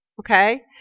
okay